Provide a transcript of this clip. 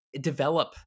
develop